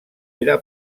era